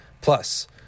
Plus